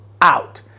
out